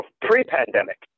pre-pandemic